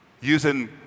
using